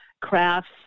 crafts